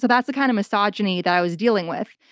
that's the kind of misogyny that i was dealing with.